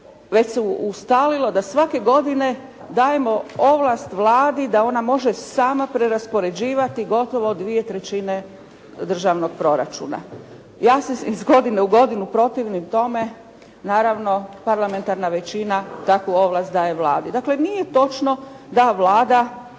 već se ustalilo da svake godine dajemo ovlast Vladi da ona može sama preraspoređivati gotovo 2/3 državnog proračuna. Ja se iz godine u godinu protivim tome. Naravno parlamentarna većina takvu ovlast daje Vladi. Dakle, nije točno da Vlada